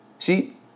See